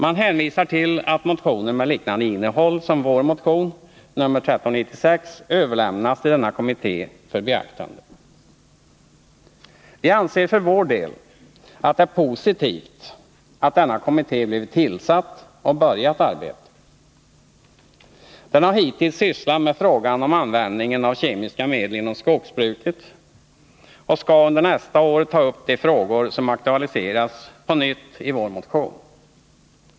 Man hänvisar till att motioner med liknande innehåll som vår motion nr 1396 har överlämnats till denna kommitté för beaktande. Vi anser för vår del att det är positivt att denna kommitté har blivit tillsatt och börjat arbeta. Den har hittills sysslat med frågan om användningen av kemiska medel inom skogsbruket och skall under nästa år ta upp de frågor som aktualiserats på nytt i vår motion.